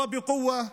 ובכוח,